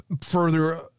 further